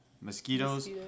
mosquitoes